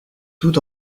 tout